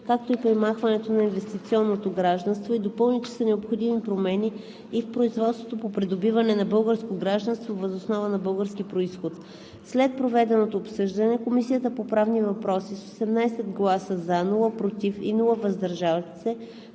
както и премахването на „инвестиционното гражданство“ и допълни, че са необходими промени и в производството по придобиване на българско гражданство въз основа на български произход. След проведеното обсъждане Комисията по правни въпроси: - с 18 гласа „за“, без „против“ и „въздържал се“